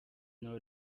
know